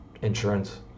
insurance